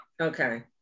Okay